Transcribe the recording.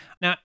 Now